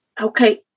Okay